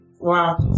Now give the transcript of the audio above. wow